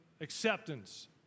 acceptance